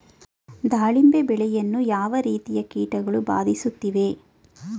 ದಾಳಿಂಬೆ ಬೆಳೆಯನ್ನು ಯಾವ ರೀತಿಯ ಕೀಟಗಳು ಬಾಧಿಸುತ್ತಿವೆ?